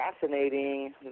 fascinating